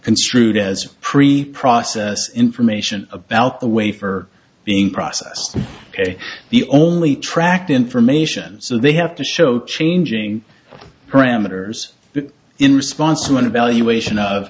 construed as pre process information about the way for being process the only tracked information so they have to show changing parameters in response to an evaluation of